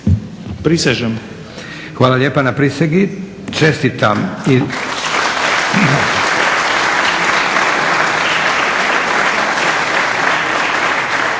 (SDP)** Hvala lijepa na prisegi. Čestitam.